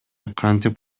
кантип